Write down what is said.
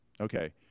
Okay